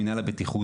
מינהל הבטיחות,